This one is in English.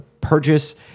purchase